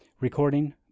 Recording